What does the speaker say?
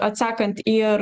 atsakant ir